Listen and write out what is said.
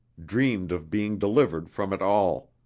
dreamed of being delivered from it all.